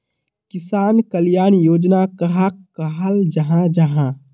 किसान कल्याण योजना कहाक कहाल जाहा जाहा?